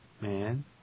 man